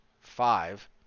Five